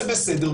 זה בסדר,